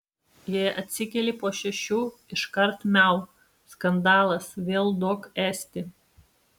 jei atsikeli po šešių iškart miau skandalas vėl duok ėsti